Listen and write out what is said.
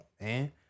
man